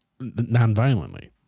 nonviolently